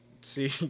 see